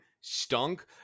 stunk